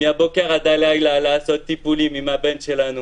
מהבוקר עד הלילה, לעשות טיפולים עם הבן שלנו.